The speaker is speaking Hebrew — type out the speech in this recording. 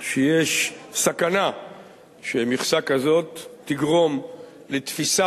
שיש סכנה שמכסה כזו תגרום לתפיסה